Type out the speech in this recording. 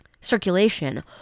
circulation